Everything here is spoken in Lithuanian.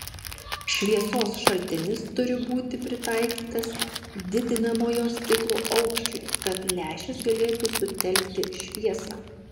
šviesos šaltinis turi būti pritaikytas didinamojo stiklo aukščiui kad lęšis galėtų sutelkti šviesą